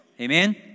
Amen